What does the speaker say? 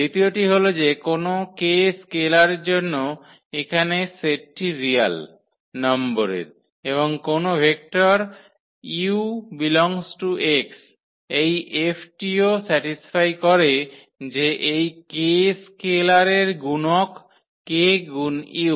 দ্বিতীয়টি হল যে কোনও 𝑘 স্কেলারের জন্য এখানে সেটটি রিয়াল নম্বরের এবং কোনও ভেক্টর ভেক্টর এই F টিও স্যাটিস্ফাই করে যে এই 𝑘 স্কেলার এর গুণক 𝑘 গুণ u